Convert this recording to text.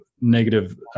negative